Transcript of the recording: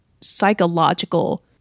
psychological